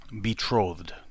Betrothed